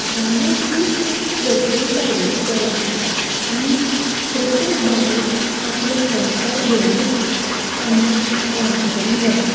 रांदप ही प्रत्येक बायलेची कला आसता आनी प्रत्येक बायल आपले संस्कार घेवूनच आमच्या रांदचे कुडीन वता